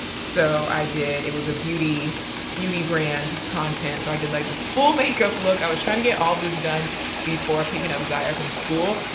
so, i did. it was a beauty beauty brand content. so i did like this full makeup look. i was trying to get all this done before picking up ziya from school.